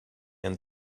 and